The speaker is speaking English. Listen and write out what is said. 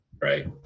Right